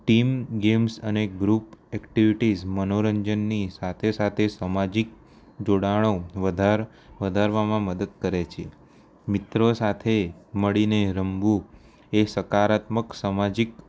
team games અને group activities મનોરંજનની સાથે સાથે સામાજિક જોડાણો વધાર વધારવામાં મદદ કરે છે મિત્રો સાથે મળીને રમવું એ સકારાત્મક સામાજિક